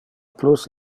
plus